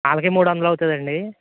వాళ్ళకీ మూడొందల అవుతుందా అండి